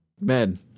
Men